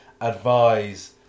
advise